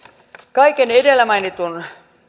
kaiken edellä mainitun